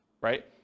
right